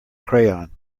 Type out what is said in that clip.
crayon